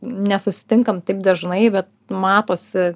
nesusitinkam taip dažnai bet matosi